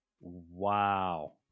Wow